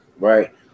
right